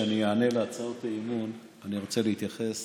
לפני שאני אענה על הצעות האי-אמון אני רוצה להתייחס